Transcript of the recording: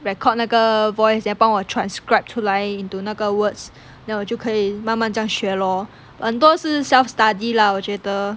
record 那个 voice 也帮我 transcribe 出来 into 那个 words then 我就可以慢慢这样学 orh 很多是 self study lah 我觉得